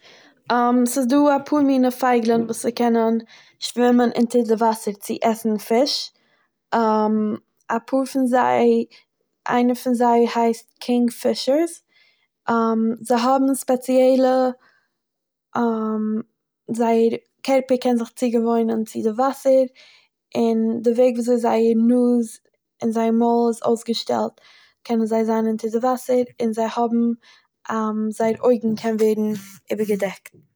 ס'איז דא אפאר מינע פייגלן וואס ס'קענען שווימען אונטער די וואסער צו עסן פיש אפאהר פון זיי, איינער פון זיי הייסט קינג פיש'ס זיי האבן ספעציעלע זייער קערפער קען זיך צוגעוואוינען צו די וואסער, און די וועג ווי אזוי זייער נאז און זייער מויל איז אויסגעשטעלט קענען זיי זיין אונטער די וואסער און זיי האבן זייער אויגן קענען ווערן איבערגעדעקט.